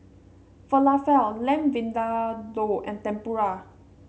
Falafel Lamb Vindaloo and Tempura